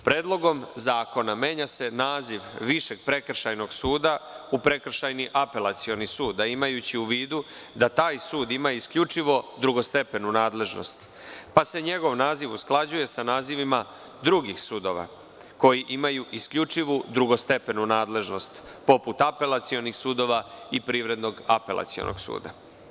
Predlogom zakona menja se naziv Višeg prekršajnog suda u Prekršajni apelacioni sud, a imajući u vidu da taj sud ima isključivo drugostepenu nadležnost pa se njegov naziv usklađuje sa nazivima drugih sudova koji imaju isključivu drugostepenu nadležnost, poput apelacionih sudova i Privrednog apelacionog suda.